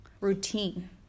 routine